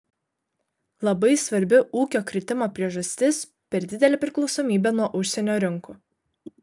labai svarbi ūkio kritimo priežastis per didelė priklausomybė nuo užsienio rinkų